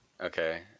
Okay